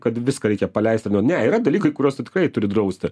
kad viską reikia paleist ir nu ne yra dalykai kuriuos tu tikrai turi drausti